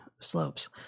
slopes